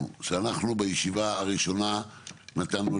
תודה רבה.